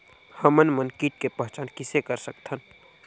हमन मन कीट के पहचान किसे कर सकथन?